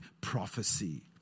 prophecy